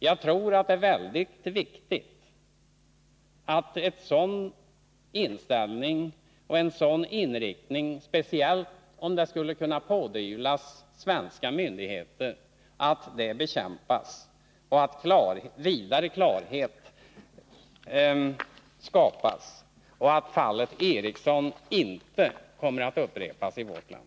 Jag tror att det är viktigt att en sådan inställning, speciellt om den skulle kunna pådyvlas svenska myndigheter, bekämpas. Fallet Eriksson får inte upprepas i vårt land.